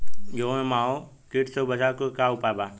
गेहूँ में माहुं किट से बचाव के का उपाय बा?